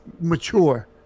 mature